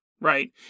right